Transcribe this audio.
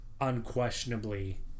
unquestionably